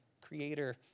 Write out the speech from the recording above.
creator